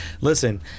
listen